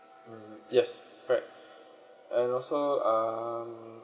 mm mm yes correct and also um